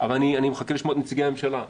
אבל אני מחכה לשמוע את נציגי הממשלה,